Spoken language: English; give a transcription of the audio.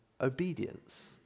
obedience